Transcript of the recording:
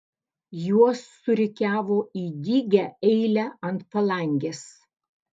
juos surikiavo į dygią eilę ant palangės